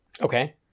Okay